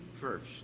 first